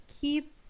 keep